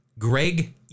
Greg